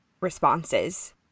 responses